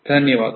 ధన్యవాదాలు